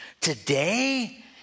today